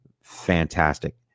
fantastic